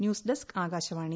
news desk Akashvani